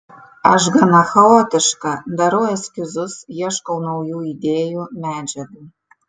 aš gana chaotiška darau eskizus ieškau naujų idėjų medžiagų